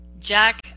Jack